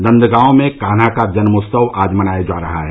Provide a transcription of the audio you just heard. नदगांव में कान्हा का जन्मोत्सव आज मनाया जा रहा है